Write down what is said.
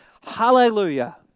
Hallelujah